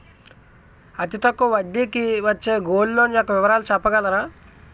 అతి తక్కువ వడ్డీ కి వచ్చే గోల్డ్ లోన్ యెక్క వివరాలు చెప్పగలరా?